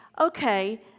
okay